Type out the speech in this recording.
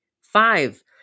Five